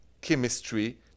chemistry